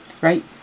Right